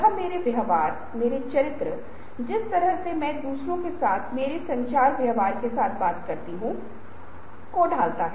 इसलिए मैंने मध्यस्थता के बारे में बात की है और मध्यस्थता एक ऐसी चीज के बारे में है जो आपके और मेरे या वास्तविकता और वास्तविकता के बीच में है